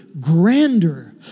grander